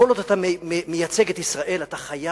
כל עוד אתה מייצג את ישראל, אתה חייב